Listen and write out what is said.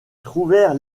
trouvèrent